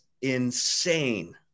insane